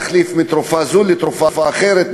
להחליף מתרופה זו לתרופה אחרת,